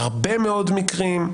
בהרבה מאוד מקרים,